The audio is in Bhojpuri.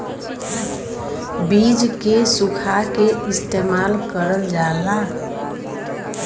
बीज के सुखा के इस्तेमाल करल जाला